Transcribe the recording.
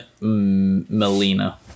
melina